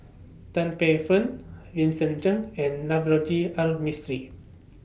Tan Paey Fern Vincent Cheng and Navroji R Mistri